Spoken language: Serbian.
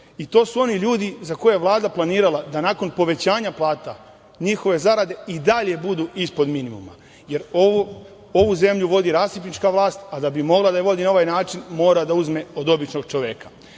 su oni ljudi za koje je Vlada planirala da nakon povećanja plata, njihove zarade i dalje budu ispod minimuma, jer ovu zemlju vodi rasipnička vlast, a da bi mogla da je vodi na ovaj način mora da uzme od običnog čoveka,